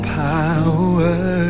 power